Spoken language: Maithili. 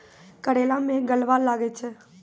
करेला मैं गलवा लागे छ?